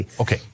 Okay